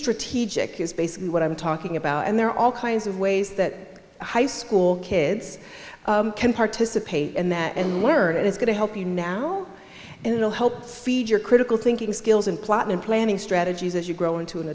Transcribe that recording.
strategic is basically what i'm talking about and there are all kinds of ways that high school kids can participate in that and learn it is going to help you now and it will help your critical thinking skills in plotting and planning strategies as you grow into an